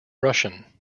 russian